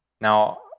Now